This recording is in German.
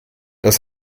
das